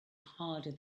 harder